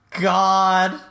God